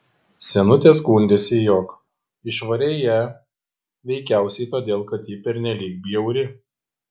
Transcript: senutė skundėsi jog išvarei ją veikiausiai todėl kad ji pernelyg bjauri